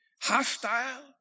hostile